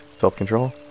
self-control